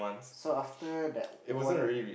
so after that one